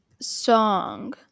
song